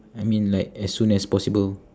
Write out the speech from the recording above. I mean like as soon as possible